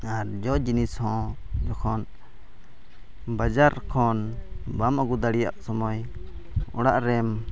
ᱟᱨ ᱡᱚ ᱡᱤᱱᱤᱥ ᱦᱚᱸ ᱡᱚᱠᱷᱚᱱ ᱵᱟᱡᱟᱨ ᱠᱷᱚᱱ ᱵᱟᱢ ᱟᱹᱜᱩ ᱫᱟᱲᱮᱭᱟᱜ ᱥᱚᱢᱚᱭ ᱚᱲᱟᱜ ᱨᱮᱢ